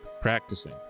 practicing